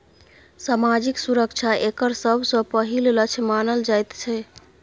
सामाजिक सुरक्षा एकर सबसँ पहिल लक्ष्य मानल जाइत छै